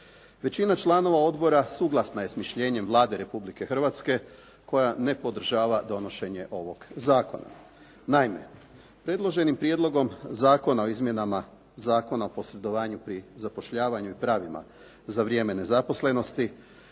Većina članova odbora suglasna je s mišljenjem Vlade Republike Hrvatske koja ne podržava donošenje ovog zakona. Naime, predloženim Prijedlogom zakona o izmjenama Zakona o posredovanju pri zapošljavanju i pravima za vrijeme nezaposlenosti